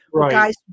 Guys